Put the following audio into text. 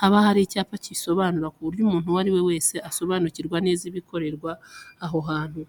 haba hari icyapa kibisobanura ku buryo umuntu uwo ari we wese asobanukirwa neza ibikorerwa aho hantu.